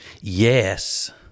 yes